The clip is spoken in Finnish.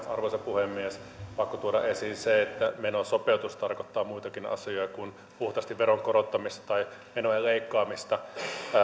arvoisa puhemies pakko tuoda esiin se että menosopeutus tarkoittaa muutakin asiaa kuin puhtaasti veron korottamista tai menojen leikkaamista